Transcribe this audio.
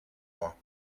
moi